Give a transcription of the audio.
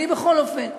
אני בכל אופן פונה,